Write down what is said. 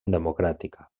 democràtica